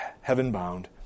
heaven-bound